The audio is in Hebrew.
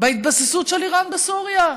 ההתבססות של איראן בסוריה.